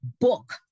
book